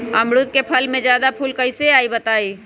अमरुद क फल म जादा फूल कईसे आई बताई?